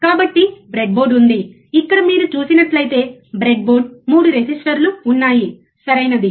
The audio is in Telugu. కాబట్టి బ్రెడ్బోర్డ్ ఉంది ఇక్కడ మీరు చూసినట్లయితే బ్రెడ్బోర్డ్ 3 రెసిస్టర్లు ఉన్నాయి సరియైనది